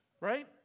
right